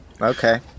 Okay